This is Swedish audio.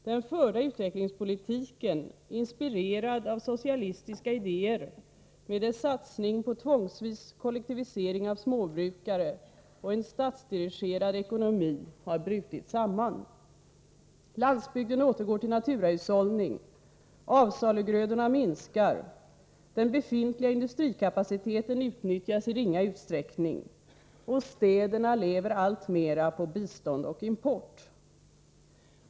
Den förda utvecklingspolitiken, inspirerad av socialistiska idéer, med dess satsning på tvångsvis kollektivisering av småbrukare och en statsdirigerad ekonomi, har brutit samman. Landsbygden återgår till naturahushållning, avsalugrödorna minskar, den befintliga industrikapaciteten utnyttjas i ringa utsträckning och städerna lever alltmera på bistånd och import.